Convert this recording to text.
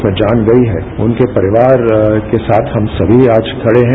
जिनकी जान गई है उनके परिवार के साथ हम सभी आज खड़े हैं